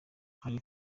hari